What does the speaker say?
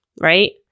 right